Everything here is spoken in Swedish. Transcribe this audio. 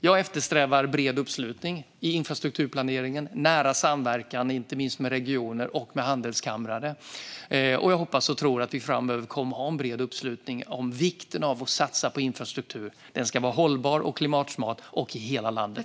Jag eftersträvar bred uppslutning i infrastrukturplaneringen, i nära samverkan inte minst med regioner och med handelskamrar, och jag hoppas och tror att vi framöver kommer att ha bred uppslutning i fråga om vikten av att satsa på infrastruktur. Den ska vara hållbar och klimatsmart och finnas i hela landet.